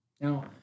Now